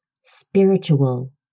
spiritual